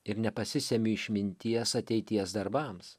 ir nepasisemiu išminties ateities darbams